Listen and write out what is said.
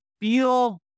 feel